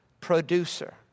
producer